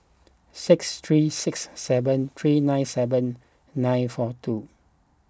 six three six seven three nine seven nine four two